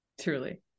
Truly